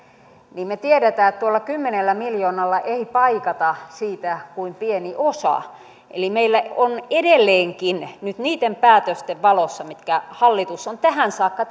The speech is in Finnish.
me tiedämme että tuolla kymmenellä miljoonalla ei paikata siitä kuin pieni osa eli meillä on edelleenkin nyt niiden päätösten valossa mitkä hallitus on tähän saakka